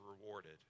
rewarded